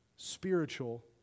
spiritual